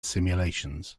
simulations